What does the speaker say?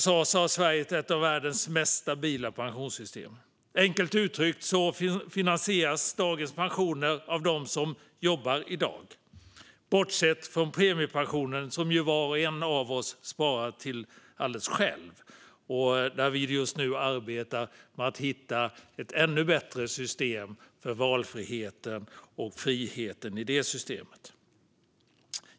Sverige har ett av världens mest stabila pensionssystem. Enkelt uttryckt finansieras dagens pensioner av dem som jobbar i dag, bortsett från premiepensionen som var och en sparar till själv. Just nu arbetar vi för att hitta ett ännu bättre system för valfrihet och frihet.